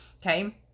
Okay